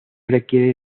requiere